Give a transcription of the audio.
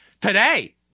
today